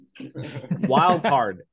Wildcard